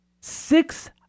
Six